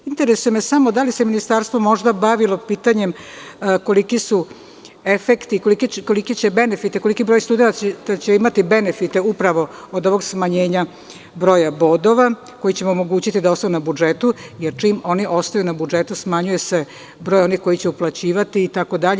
Interesuje me samo da li se Ministarstvo možda bavilo pitanjem koliki su efekti, koliki broj studenata će imati benefite upravo od ovog smanjenja broja bodova koji će im omogućiti da ostanu na budžetu, jer čim oni ostaju na budžetu smanjuje se broj onih koji će uplaćivati itd.